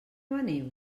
veniu